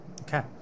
Okay